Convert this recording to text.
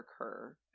occur